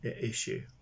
issue